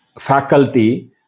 faculty